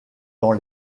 dans